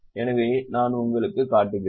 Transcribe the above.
எனவே நான் உங்களுக்குக் காட்டுகிறேன்